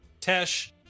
Tesh